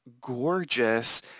gorgeous